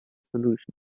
solution